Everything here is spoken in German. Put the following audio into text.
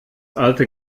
alte